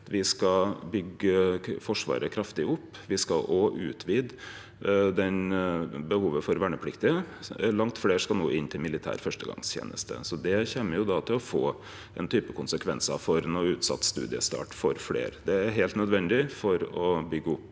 – skal vi byggje Forsvaret kraftig opp, og me skal òg utvide behovet for vernepliktige. Langt fleire skal no inn til militær fyrstegongsteneste. Det kjem til å få konsekvensar, som noko utsett studiestart for fleire. Det er heilt nødvendig for å byggje opp